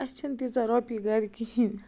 اَسہِ چھنہٕ تیٖژہ رۄپیہِ گَرِ کِہیٖنۍ